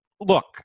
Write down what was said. look